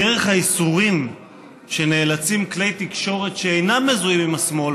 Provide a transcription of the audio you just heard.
דרך הייסורים שנאלצים כלי תקשורת שאינם מזוהים עם השמאל